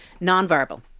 nonverbal